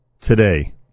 today